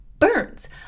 Burns